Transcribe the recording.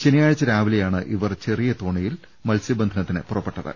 ശനിയാഴ്ച രാവിലെയാണ് ഇവർ ചെറിയ തോണിയിൽ മത്സൃ ബന്ധനത്തിന് പുറപ്പെട്ടത്